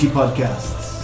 podcasts